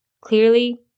Clearly